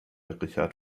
richard